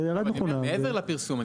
זה מעבר לפרסום.